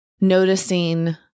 noticing